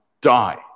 die